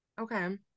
Okay